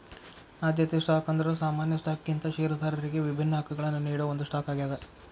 ಆದ್ಯತೆ ಸ್ಟಾಕ್ ಅಂದ್ರ ಸಾಮಾನ್ಯ ಸ್ಟಾಕ್ಗಿಂತ ಷೇರದಾರರಿಗಿ ವಿಭಿನ್ನ ಹಕ್ಕಗಳನ್ನ ನೇಡೋ ಒಂದ್ ಸ್ಟಾಕ್ ಆಗ್ಯಾದ